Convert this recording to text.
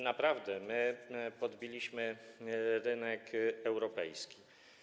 Naprawdę podbiliśmy rynek europejski.